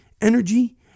energy